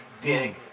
dig